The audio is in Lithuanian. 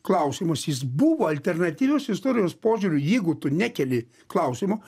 klausimas jis buvo alternatyvios istorijos požiūriu jeigu tu nekeli klausimo